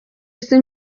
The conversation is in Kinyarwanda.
isi